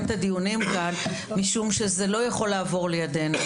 את הדיונים כאן משום שזה לא יכול לעבור לידינו.